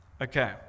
Okay